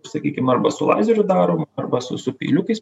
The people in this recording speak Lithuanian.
sakykim arba su lazeriu darom arba su su peiliukais